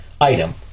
item